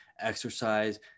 exercise